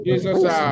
Jesus